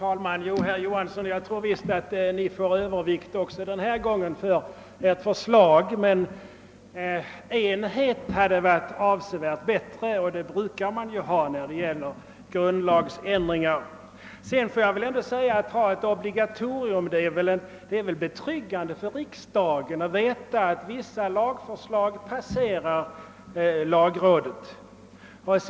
Jo, herr Johansson i Trollhättan, jag tror visst att ni får övervikt också den här gången för ert förslag, men det hade varit avsevärt bättre med enighet, och det brukar man eftersträva vid grundlagsändringar. Om man har ett obligatorium, är det betryggande för riksdagen att veta att vissa lagförslag passerar lagrådet.